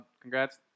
Congrats